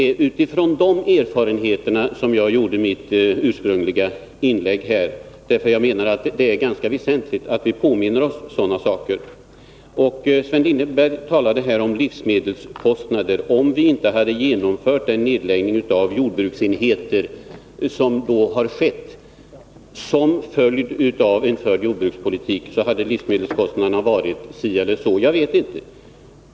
På grundval av dessa erfarenheter gjorde jag mitt första inlägg. Jag menar nämligen att det är ganska väsentligt att vi påminner oss om sådana saker. Sven Lindberg talade om livsmedelskostnader. Hade vi inte genomfört den nedläggning av jordbruksenheter som skedde till följd av den förda jordbrukspolitiken, skulle livsmedelskostnaderna ha varit högre, menar Sven Lindberg.